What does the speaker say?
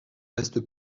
reste